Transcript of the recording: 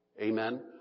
Amen